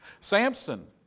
Samson